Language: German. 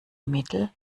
mittel